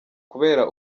kubera